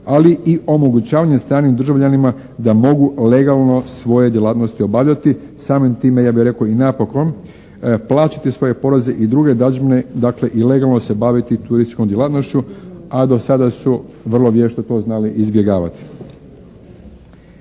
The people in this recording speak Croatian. ali i omogućivanje stranim državljanima da mogu legalno svoje djelatnosti obavljati. Samim time ja bih rekao i napokon plaćati svoje poreze i druge dadžbine dakle i legalno se baviti turističkom djelatnošću. A do sada su vrlo vješto to znali izbjegavati.